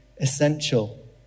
essential